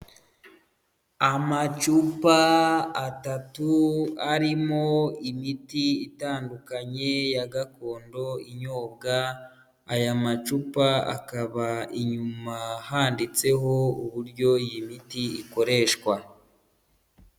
Amacupa atatu arimo imiti itandukanye ya gakondo inyobwa, aya macupa akaba inyuma handitseho uburyo iyi miti ikoreshwa.